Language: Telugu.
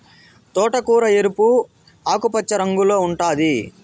తోటకూర ఎరుపు, ఆకుపచ్చ రంగుల్లో ఉంటాది